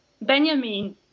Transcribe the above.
Benjamin